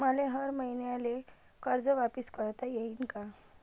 मले हर मईन्याले कर्ज वापिस करता येईन का?